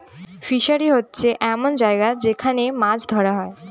fishery হচ্ছে এমন জায়গা যেখান মাছ ধরা হয়